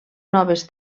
noves